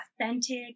authentic